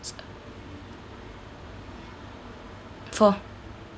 four